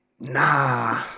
nah